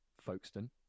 Folkestone